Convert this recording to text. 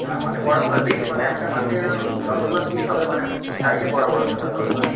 হ্যাঁ মানে বড়ো বড়ো পিস একটা মাছে যতোগুলা পিস হবে মানে সাইজে বড়ো বড়ো থাকা দরকার